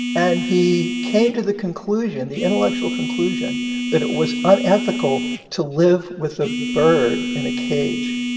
and he came to the conclusion the intellectual conclusion that it was unethical to live with a bird in a cage.